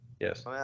Yes